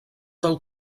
del